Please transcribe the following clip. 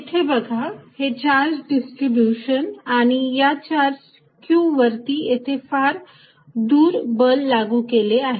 येथे बघा हे चार्ज डिस्ट्रीब्यूशन आणि या चार्ज q वरती येथे फार दूर बल लागू केले आहे